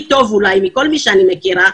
אולי הכי טוב מכל מי שאני מכירה,